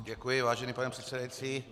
Děkuji, vážený pane předsedající.